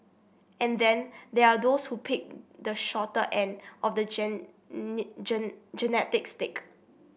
and then there are those who picked the shorter end of the genetic stick